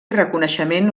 reconeixement